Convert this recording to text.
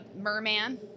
Merman